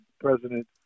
President